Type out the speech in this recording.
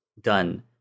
done